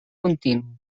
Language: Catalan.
continu